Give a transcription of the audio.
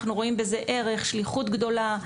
אנחנו רואים בזה ערך, שליחות גדולה.